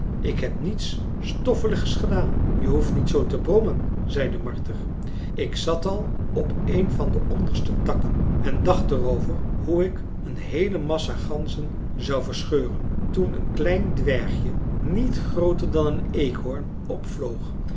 ik heb niets stoffeligs gedaan je hoeft niet zoo te brommen zei de marter ik zat al op een van de onderste takken en dacht er over hoe ik een heele massa ganzen zou verscheuren toen een klein dwergje niet grooter dan een eekhoorn opvloog